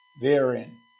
therein